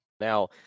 Now